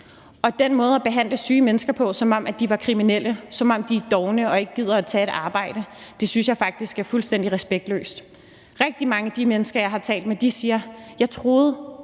Den her måde at behandle syge mennesker på, som om de er kriminelle, og som om de er dovne og ikke gider at tage et arbejde, synes jeg faktisk er fuldstændig respektløs. Rigtig mange af de mennesker, jeg har talt med, siger: Jeg troede